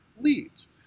leads